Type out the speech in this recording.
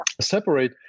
separate